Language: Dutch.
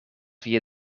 via